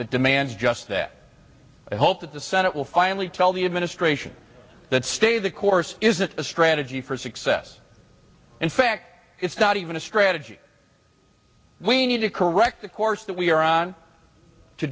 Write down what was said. that demands just that i hope that the senate will finally tell the administration that stay the course isn't a strategy for success in fact it's not even a strategy we need to correct the course that we are on to